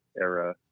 era